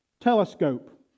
telescope